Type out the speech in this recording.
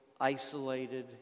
isolated